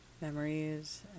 memories